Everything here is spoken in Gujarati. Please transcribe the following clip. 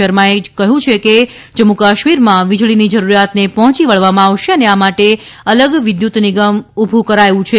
શર્માએ કહ્યું કે જમ્મુ કાશ્મીરમાં વીજળીની જરૂરિયાતને પહોંચી વળવામાં આવશે અને આ માટે અલગ વિદ્યુત નિગમ ઉભું કરાયું છે